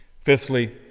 Fifthly